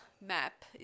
map